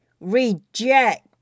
reject